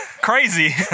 crazy